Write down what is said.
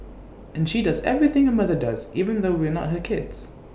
and she does everything A mother does even though we're not her kids